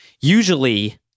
usually